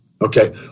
Okay